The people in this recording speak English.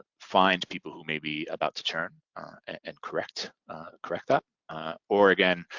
find people who may be about to churn and correct correct that or again,